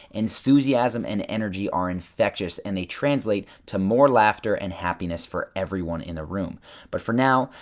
enthusiasm and energy are infectious and they translate to more laughter and happiness for everyone in the room but for now,